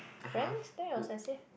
friends